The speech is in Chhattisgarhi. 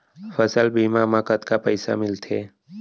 फसल बीमा म कतका पइसा मिलथे?